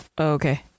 Okay